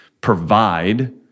provide